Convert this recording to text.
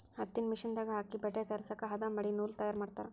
ಹತ್ತಿನ ಮಿಷನ್ ದಾಗ ಹಾಕಿ ಬಟ್ಟೆ ತಯಾರಸಾಕ ಹದಾ ಮಾಡಿ ನೂಲ ತಯಾರ ಮಾಡ್ತಾರ